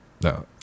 no